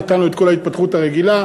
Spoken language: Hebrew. נתנו את כל ההתפתחות הרגילה.